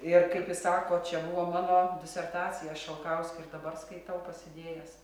ir kaip jis sako čia buvo mano disertacija aš šalkauskį ir dabar skaitau pasidėjęs